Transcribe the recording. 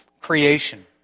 creation